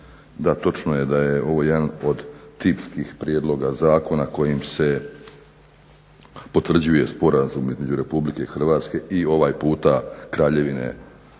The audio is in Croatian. točno je da je ovo jedan od tipskih prijedloga zakona kojim se potvrđuje Sporazum između RH i ovaj puta Kraljevine Španjolske